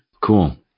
Cool